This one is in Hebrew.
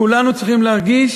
כולנו צריכים להרגיש,